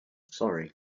sorry